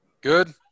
Good